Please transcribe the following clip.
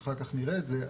אחר כך נראה את זה,